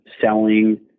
selling